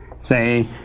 say